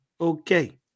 Okay